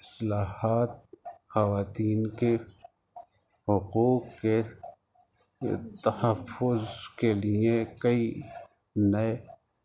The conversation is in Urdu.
اصلاحات خواتین کے حقوق کے تحفظ کے لیے کئی نئے